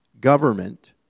government